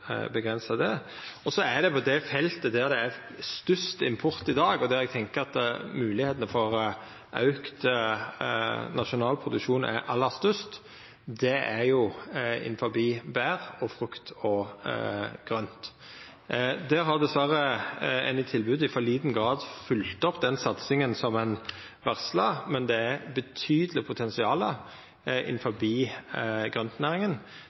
det. Det feltet der det er størst import i dag, og der eg tenkjer at moglegheitene for auka nasjonal produksjon er aller størst, er innanfor bær, frukt og grønt. Der har ein i tilbodet dessverre i for liten grad følgt opp den satsinga ein varsla, men det er betydeleg potensial innanfor grøntnæringa